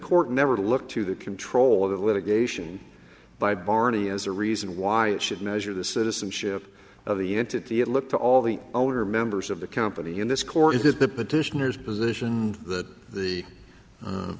court never looked to the control of the litigation by barney as a reason why it should measure the citizenship of the entity it looked to all the owner members of the company in this court is the petitioners position that the